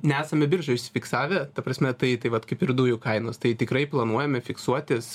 nesame biržoj užsifiksavę ta prasme tai taip vat kaip ir dujų kainos tai tikrai planuojame fiksuotis